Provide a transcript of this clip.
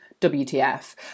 wtf